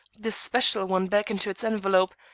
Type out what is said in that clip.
this special one back into its envelope,